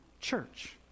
church